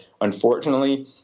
Unfortunately